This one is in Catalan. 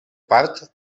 part